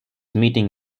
meeting